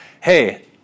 hey